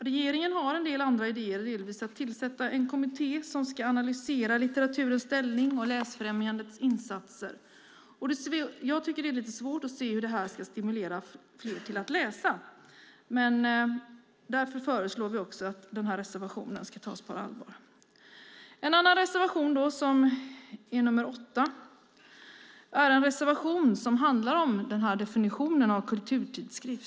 Regeringen har en del andra idéer och vill tillsätta en kommitté som ska analysera litteraturens ställning och läsfrämjandets insatser. Jag tycker att det är lite svårt att se hur det här ska stimulera fler till att läsa. Därför föreslår vi att reservationen ska tas på allvar. Reservation nr 8 gäller definitionen av kulturtidskrift.